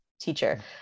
teacher